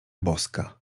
boska